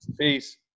Peace